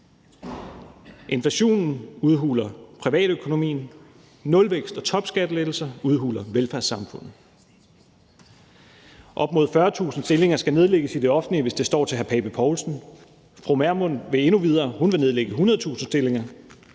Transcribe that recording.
Inflationen udhuler privatøkonomien; nulvækst og topskattelettelser udhuler velfærdssamfundet. Op mod 40.000 stillinger skal nedlægges i det offentlige, hvis det står til hr. Søren Pape Poulsen. Fru Pernille Vermund vil endnu videre: Hun vil nedlægge 100.000 stillinger.